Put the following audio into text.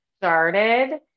started